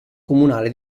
comunale